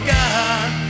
God